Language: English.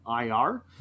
IR